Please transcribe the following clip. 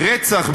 "רצח",